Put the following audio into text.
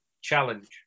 challenge